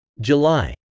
July